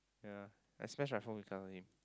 ya I smash my phone with Ka-Wei